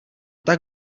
tak